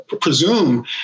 presume